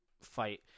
fight